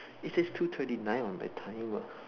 it says two twenty nine on my timer